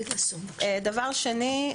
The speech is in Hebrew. דבר שני,